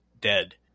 dead